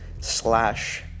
slash